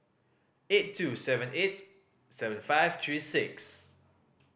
eight two seven eight seven five three six